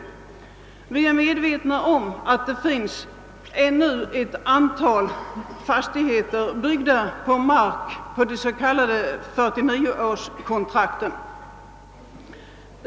Vi är medvetna om att det ännu finns ett antal fastigheter byggda på mark enligt de s.k. 49-årskontrakten.